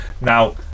Now